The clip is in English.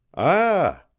ah!